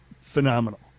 phenomenal